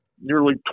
nearly